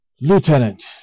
lieutenant